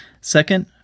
Second